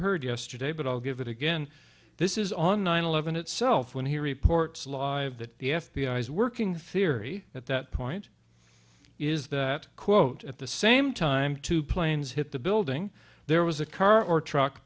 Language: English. heard yesterday but i'll give it again this is on nine eleven itself when he reports live that the f b i is working theory at that point is that quote at the same time two planes hit the building there was a car or truck